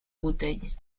bouteilles